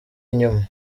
inyuma